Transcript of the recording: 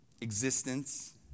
Existence